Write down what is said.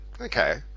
Okay